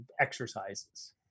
exercises